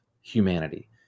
humanity